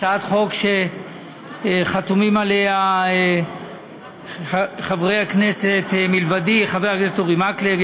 הצעת חוק שחתומים עליה מלבדי חברי הכנסת אורי מקלב,